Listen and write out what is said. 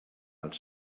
els